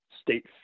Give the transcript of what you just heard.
state